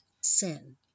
sin